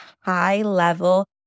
high-level